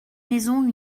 maison